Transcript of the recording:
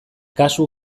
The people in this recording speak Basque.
kasu